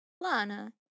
Lana